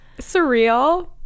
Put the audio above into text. surreal